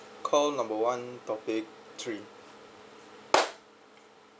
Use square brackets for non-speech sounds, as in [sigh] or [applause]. call number one topic three [noise]